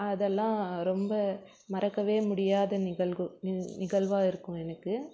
அதெல்லாம் ரொம்ப மறக்கவே முடியாத நிகழ்வு நிகழ்வாக இருக்கும் எனக்கு